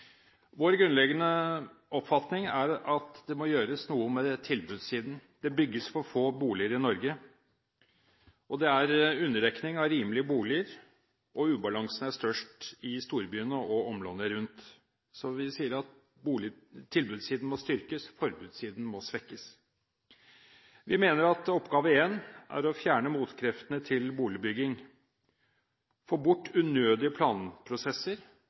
Vår grunnleggende oppfatning er at det må gjøres noe med tilbudssiden. Det bygges for få boliger i Norge. Det er underdekning av rimelige boliger, og ubalansen er størst i storbyene og områdene rundt dem. Så vi sier at tilbudssiden må styrkes, forbudssiden må svekkes. Vi mener at oppgave én er å fjerne motkreftene til boligbygging, få bort unødige planprosesser,